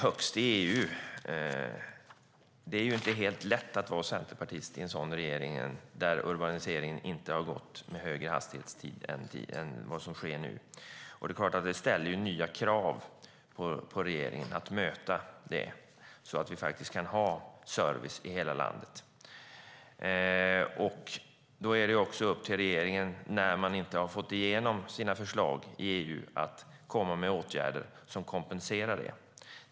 Det är inte helt lätt att vara centerpartist i en regering i ett land som Sverige som just nu genomgår den snabbaste urbaniseringen i EU. Det ställer nya krav på regeringen att möta urbaniseringen så att det går att upprätthålla en service i hela landet. Det är också upp till regeringen, när man inte har fått igenom sina förslag i EU, att vidta åtgärder som kompenserar.